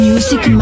Music